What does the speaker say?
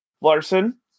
Larson